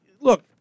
look